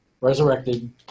resurrected